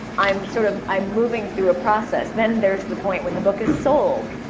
i'm sort of i'm moving through a process. then there's the point where the book is sold.